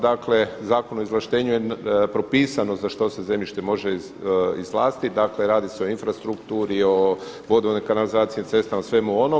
Dakle u Zakonu o izvlaštenju je propisano za što se zemljište može izvlastiti, dakle radi se o infrastrukturi, o vodovodu, kanalizaciji, cestama, svemu onom.